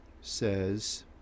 says